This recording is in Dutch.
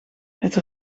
het